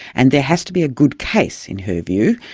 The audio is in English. and there has to be a good case', in her view,